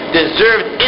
deserved